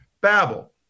Babel